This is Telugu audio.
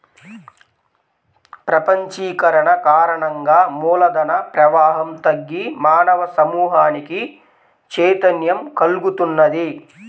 ప్రపంచీకరణ కారణంగా మూల ధన ప్రవాహం తగ్గి మానవ సమూహానికి చైతన్యం కల్గుతున్నది